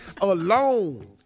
alone